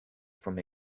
from